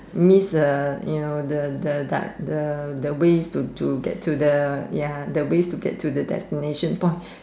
miss the you know the the the the ways to to get to the ya the ways to the destination point